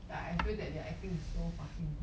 like I feel that their acting is so fucking good